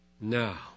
Now